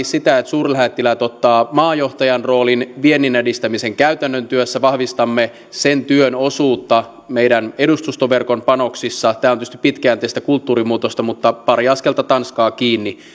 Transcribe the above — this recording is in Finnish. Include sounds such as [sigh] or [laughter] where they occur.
[unintelligible] sitä että suurlähettiläät ottavat maajohtajan roolin viennin edistämisen käytännön työssä vahvistamme sen työn osuutta meidän edustustoverkon panoksissa tämä on tietysti pitkäjänteistä kulttuurin muutosta mutta pari askelta tanskaa kiinni